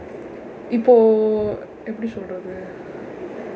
இப்போ எப்படி சொல்றது:ippoo eppadi solrathu